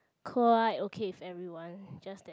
quite okay with everyone just that